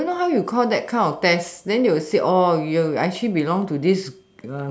I don't know how you call that kind of test then you will see you actually belong to this